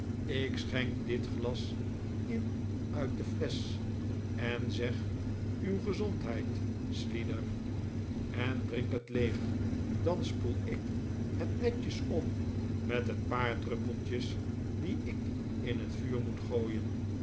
ik schenk dit glas in uit de flesch en zeg uw gezondheid slider en drink het leeg dan spoel ik het netjes om met een paar druppeltjes die ik in het vuur moet gooien